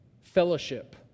fellowship